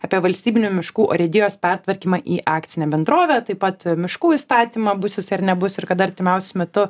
apie valstybinių miškų urėdijos pertvarkymą į akcinę bendrovę taip pat miškų įstatymą bus jisai ar nebus ir kada artimiausiu metu